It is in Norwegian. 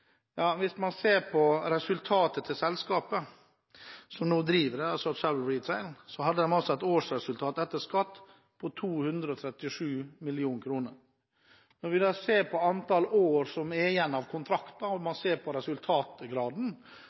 selskapet som nå driver dette, altså Travel Retail, har et årsresultat etter skatt på 237 mill. kr. Når vi ser på antall år som er igjen av kontrakten, og man ser på resultatgraden,